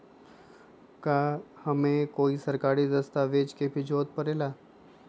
का हमे कोई सरकारी दस्तावेज के भी जरूरत परे ला?